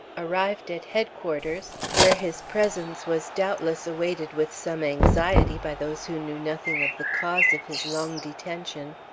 arrived at headquarters, where his presence was doubtless awaited with some anxiety by those who knew nothing of the cause of his long detention,